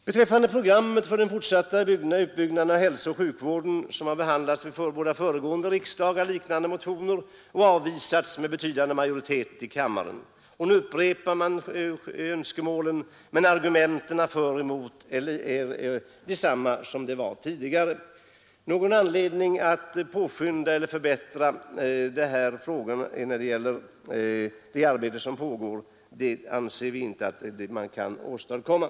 Beträffande förslaget om ett program för den fortsatta utbyggnaden av hälsooch sjukvården vill jag säga att liknande motioner behandlats vid två tidigare riksdagar och då avvisats med betydande majoritet. Nu upprepar man önskemålen, men argumenten för och emot är desamma som tidigare. Något påskyndande eller någon förbättring av det arbete som pågår anser vi inte att man kan åstadkomma.